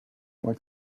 like